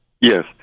Yes